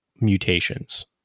mutations